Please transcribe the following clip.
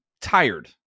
tired